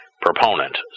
proponent